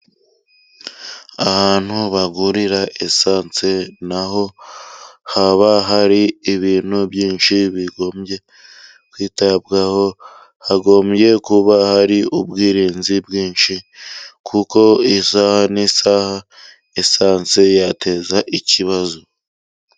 Ahantu bagurira esanse naho haba hari ibintu byinshi bigomba kwitabwaho. Hagomba kuba hari ubwirinzi bwinshi kuko isaha n'isaha esanse yateza ikibazo.